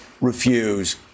refuse